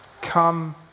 Come